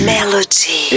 Melody